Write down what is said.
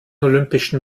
olympischen